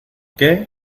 qué